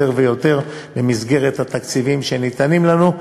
ויותר במסגרת התקציבים שניתנים לנו.